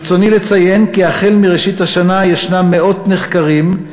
ברצוני לציין כי החל מראשית השנה ישנם מאות נחקרים,